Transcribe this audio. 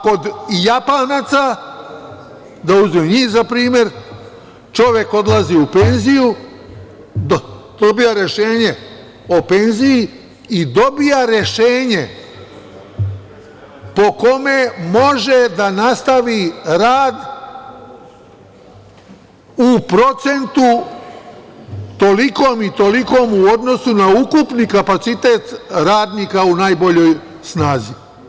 Kod Japanaca, da uzmem njih za primer, čovek odlazi u penziju, dobija rešenje o penziji i dobija rešenje po kome može da nastavi rad u procentu toliko i tolikom, u odnosu na ukupni kapacitet radnika u najboljoj snazi.